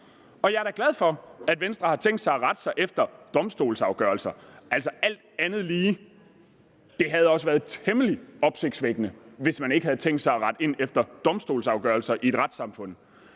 Jeg er da glad for, at Venstre har tænkt sig at rette sig efter domstolsafgørelser. Alt andet lige havde det også være temmelig opsigtsvækkende, hvis man ikke havde tænkt sig at rette ind efter domstolsafgørelser i et retssamfund.